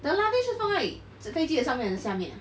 the luggage 是放在纸飞机的上面还是下面